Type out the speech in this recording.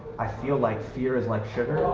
i feel like fear is like sugar.